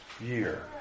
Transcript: year